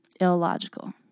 Illogical